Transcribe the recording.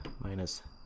minus